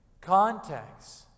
Context